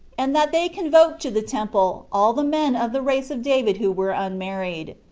and that they convoked to the temple all the men of the race of david who were unmarried.